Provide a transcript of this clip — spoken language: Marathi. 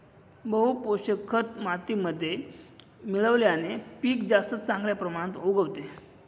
बहू पोषक खत मातीमध्ये मिळवल्याने पीक जास्त चांगल्या प्रमाणात उगवते